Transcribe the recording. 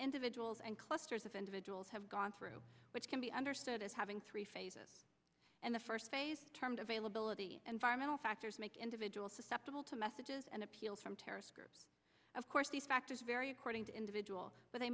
individuals and clusters of individuals have gone through which can be understood as having three phases and the first phase termed availability environmentalists factors make individuals susceptible to messages and appeals from terrorist groups of course these factors vary according to individual but they